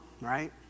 right